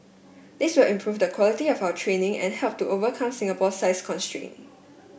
this will improve the quality of our training and help to overcome Singapore size constraint